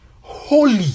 holy